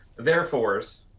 therefores